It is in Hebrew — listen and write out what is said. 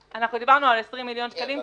דיברנו על 20 מיליון שקלים.